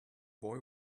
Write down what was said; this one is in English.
boy